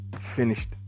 Finished